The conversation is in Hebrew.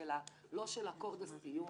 לא התפטרתי.